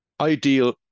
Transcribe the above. Ideal